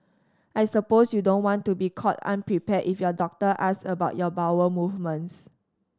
I suppose you don't want to be caught unprepared if your doctor asks about your bowel movements